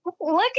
Look